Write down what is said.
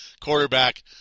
quarterback